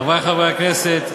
חברי חברי הכנסת,